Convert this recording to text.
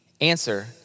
answer